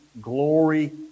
glory